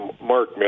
Mark